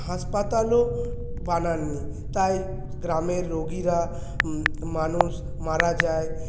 হাসপাতালও বানাননি তাই গ্রামের রোগীরা মানুষ মারা যায়